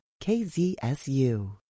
KZSU